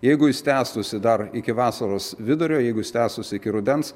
jeigu jis tęstųsi dar iki vasaros vidurio jeigu jis tęstųsi iki rudens